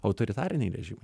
autoritariniai režimai